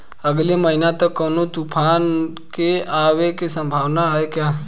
अगले महीना तक कौनो तूफान के आवे के संभावाना है क्या?